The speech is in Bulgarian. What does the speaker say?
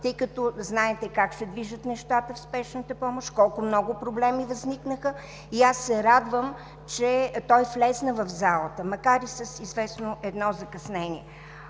тъй като знаете как се движат нещата в спешната помощ, колко много проблеми възникнаха, и аз се радвам, че той влезе в залата, макар и с известно закъснение.